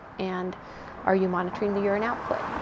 and are you monitoring the urine output?